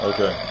Okay